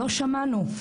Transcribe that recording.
לא שמענו.